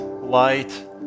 light